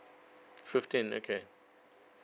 fifteen okay